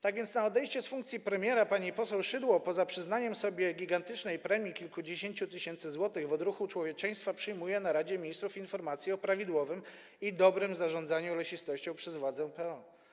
Tak więc na odejście z funkcji premiera pani poseł Szydło poza przyznaniem sobie gigantycznej premii w wysokości kilkudziesięciu tysięcy złotych w odruchu człowieczeństwa przyjmuje na posiedzeniu Rady Ministrów informację o prawidłowym i dobrym zarządzaniu lesistością przez władzę PO.